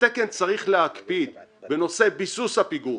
התקן צריך להקפיד בנושא ביסוס הפיגום.